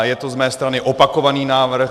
Je to z mé strany opakovaný návrh.